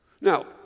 Now